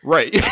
Right